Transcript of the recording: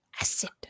Acid